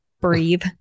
breathe